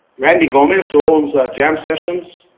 randy gomez who owns jazz sessions.